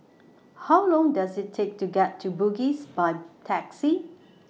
How Long Does IT Take to get to Bugis By Taxi